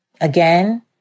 again